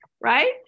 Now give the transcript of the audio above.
right